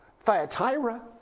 Thyatira